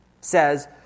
says